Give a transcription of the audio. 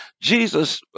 Jesus